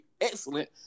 excellent